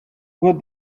what